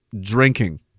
drinking